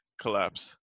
collapse